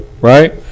right